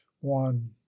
one